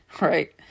right